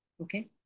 okay